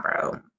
bro